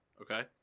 Okay